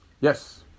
Yes